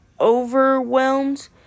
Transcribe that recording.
overwhelmed